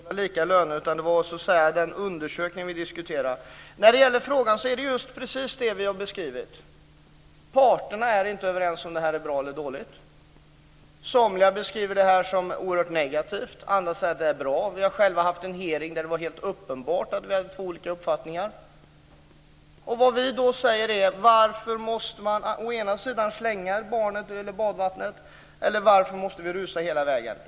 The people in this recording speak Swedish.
Fru talman! Jag har inte anklagat Kent Olsson för att inte vilja ha lika löner. Det gällde den undersökning vi diskuterade. När det gäller frågan är detta just precis vad vi har beskrivit. Parterna är inte överens om det är bra eller dåligt. Somliga beskriver det här som oerhört negativt, andra säger att det är bra. Vi har haft en hearing där det har varit helt uppenbart att vi hade två olika uppfattningar. Varför måste man å ena sidan kasta ut barnet med badvattnet, å andra sidan rusa hela vägen?